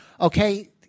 Okay